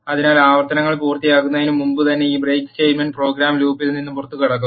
അതിനാൽ ആവർത്തനങ്ങൾ പൂർത്തിയാകുന്നതിന് മുമ്പുതന്നെ ഈ ബ്രേക്ക് സ്റ്റേറ്റ്മെന്റ് പ്രോഗ്രാം ലൂപ്പിൽ നിന്ന് പുറത്തുകടന്നു